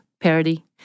Parody